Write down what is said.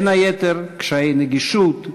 בין היתר קשיי נגישות,